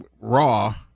raw